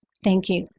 thank you.